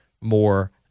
more